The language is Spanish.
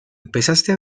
empezaste